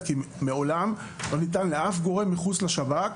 כי מעולם לא ניתן לאף גורם מחוץ לשב"כ